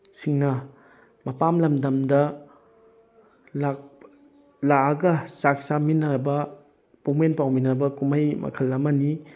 ꯁꯤꯡꯅ ꯃꯄꯥꯝ ꯂꯝꯗꯝꯗ ꯂꯥꯛ ꯂꯥꯛꯑꯒ ꯆꯥꯛ ꯆꯥꯃꯤꯟꯅꯕ ꯄꯨꯛꯃꯦꯟ ꯄꯥꯎꯃꯤꯟꯅꯕ ꯀꯨꯝꯍꯩ ꯃꯈꯜ ꯑꯃꯅꯤ